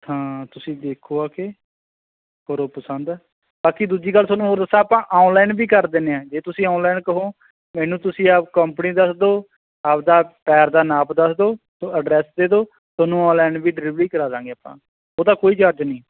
ਹਾਂ ਤੁਸੀਂ ਦੇਖੋ ਆ ਕੇ ਕਰੋ ਪਸੰਦ ਬਾਕੀ ਦੂਜੀ ਗੱਲ ਤੁਹਾਨੂੰ ਹੋਰ ਦੱਸਾਂ ਆਪਾਂ ਔਨਲਾਈਨ ਵੀ ਕਰ ਦਿੰਦੇ ਹਾਂ ਜੇ ਤੁਸੀਂ ਔਨਲਾਈਨ ਕਹੋ ਮੈਨੂੰ ਤੁਸੀਂ ਆਪ ਕੰਪਨੀ ਦੱਸ ਦਿਓ ਆਪਦਾ ਪੈਰ ਦਾ ਨਾਪ ਦੱਸ ਦਿਓ ਤੋ ਐਡਰੈਸ ਦੇ ਦਿਓ ਤੁਹਾਨੂੰ ਔਨਲਾਈਨ ਵੀ ਡਿਲੀਵਰੀ ਕਰਾ ਦਾਂਗੇ ਆਪਾਂ ਉਹਦਾ ਕੋਈ ਚਾਰਜ ਨਹੀਂ